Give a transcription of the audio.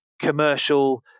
commercial